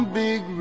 big